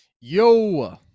Yo